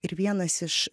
ir vienas iš